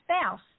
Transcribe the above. spouse